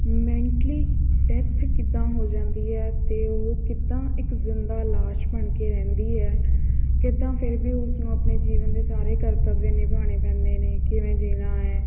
mentally death ਕਿੱਦਾਂ ਹੋ ਜਾਂਦੀ ਹੈ ਅਤੇ ਉਹ ਕਿੱਦਾਂ ਇੱਕ ਜ਼ਿੰਦਾ ਲਾਸ਼ ਬਣ ਕੇ ਰਹਿੰਦੀ ਹੈ ਕਿੱਦਾਂ ਫਿਰ ਵੀ ਉਸ ਨੂੰ ਆਪਣੇ ਜੀਵਨ ਦੇ ਸਾਰੇ ਕਰਤੱਵ ਨਿਭਾਉਣੇ ਪੈਂਦੇ ਨੇ ਕਿਵੇਂ ਜਿਉਣਾ ਹੈ